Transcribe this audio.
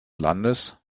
landes